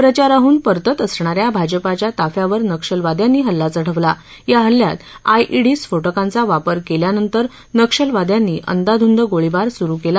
प्रचाराहून परतत असणा या भाजपाच्या ताफ्यावर नक्षलवाद्यांनी हल्ला चढवला या हल्ल्यात आयईडी स्फोटकांचा वापर केल्यानंतर नक्षलवाद्यांनी अंदाधुंद गोळीबार सुरु केला